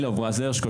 בועז הרשקו,